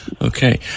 Okay